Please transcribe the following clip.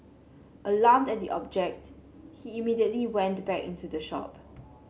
alarmed at the object he immediately went back into the shop